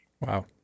wow